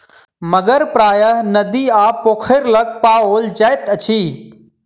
मगर प्रायः नदी आ पोखैर लग पाओल जाइत अछि